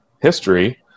history